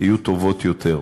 יהיו טובות יותר.